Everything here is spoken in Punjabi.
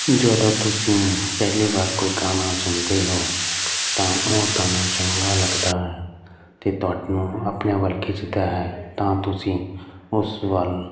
ਜਦੋਂ ਤੁਸੀਂ ਪਹਿਲੀ ਵਾਰ ਕੋਈ ਗਾਣਾ ਸੁਣਦੇ ਹੋ ਤਾਂ ਉਹ ਤੁਹਾਨੂੰ ਚੰਗਾ ਲੱਗਦਾ ਹੈ ਅਤੇ ਤੁਹਾਨੂੰ ਆਪਣੇ ਵੱਲ ਖਿੱਚਦਾ ਹੈ ਤਾਂ ਤੁਸੀਂ ਉਸ ਵੱਲ